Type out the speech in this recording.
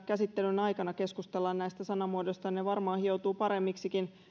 käsittelyn aikana keskustellaan näistä sanamuodoista ja ne varmaan hioutuvat paremmiksikin